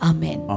Amen